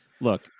Look